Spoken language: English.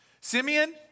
Simeon